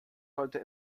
sollte